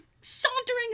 sauntering